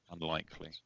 Unlikely